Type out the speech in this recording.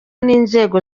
n’inzego